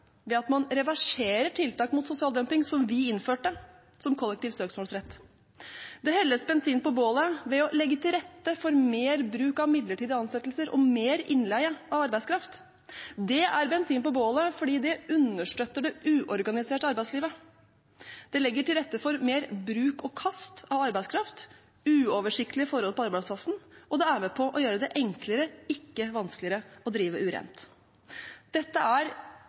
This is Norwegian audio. ved at man reverserer tiltak mot sosial dumping, som vi innførte, som kollektiv søksmålsrett. Det helles bensin på bålet ved å legge til rette for mer bruk av midlertidige ansettelser og mer innleie av arbeidskraft. Det er bensin på bålet fordi det understøtter det uorganiserte arbeidslivet. Det legger til rette for mer bruk og kast av arbeidskraft, uoversiktlige forhold på arbeidsplassen, og det er med på å gjøre det enklere – ikke vanskeligere – å drive urent. Dette er